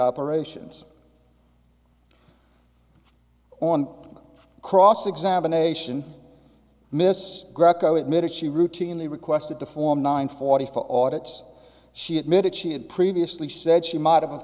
operations on cross examination miss greco admitted she routinely requested to form nine forty four audits she admitted she had previously said she might have